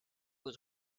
was